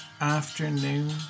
afternoon